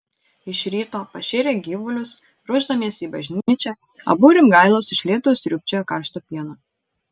iš ryto pašėrę gyvulius ruošdamiesi į bažnyčią abu rimgailos iš lėto sriūbčiojo karštą pieną